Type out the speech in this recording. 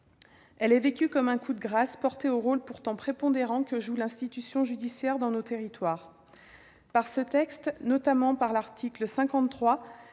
Elle est vécue comme un coup de grâce porté au rôle pourtant prépondérant que joue l'institution judiciaire dans nos territoires. Par ce texte, notamment au travers de l'article 53,